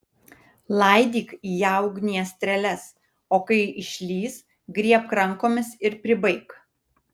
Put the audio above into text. laidyk į ją ugnies strėles o kai išlįs griebk rankomis ir pribaik